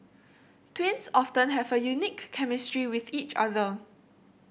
twins often have a unique chemistry with each other